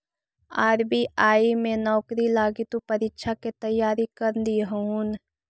RBI में नौकरी लागी तु परीक्षा के तैयारी कर लियहून